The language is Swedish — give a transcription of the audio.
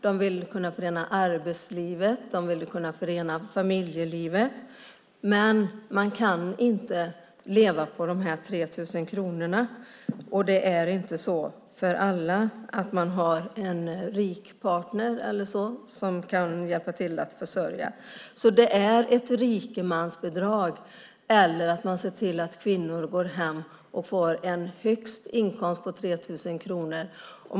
De vill kunna förena arbetslivet och familjelivet. Men man kan inte leva på de här 3 000 kronorna, och alla har inte en rik partner som kan hjälpa till med försörjningen. Det här är ett rikemansbidrag, eller så ser man till att kvinnor går hem och får en inkomst på högst 3 000 kronor.